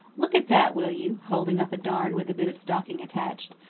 look at that, will you, holding up a darn with a bit of stocking attached.